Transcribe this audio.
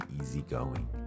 easygoing